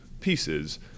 pieces